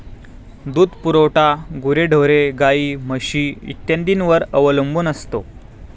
दूध पुरवठा गुरेढोरे, गाई, म्हशी इत्यादींवर अवलंबून असतो